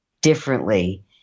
differently